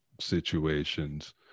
situations